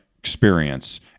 Experience